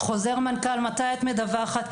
חוזר מנכ"ל מתי את מדווחת.